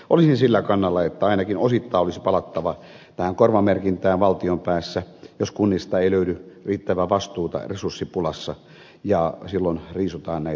olisin sillä kannalla että ainakin osittain olisi palattava tähän korvamerkintään valtion päässä jos kunnista ei löydy riittävää vastuuta resurssipulassa ja riisutaan näitä palveluita